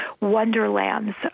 wonderlands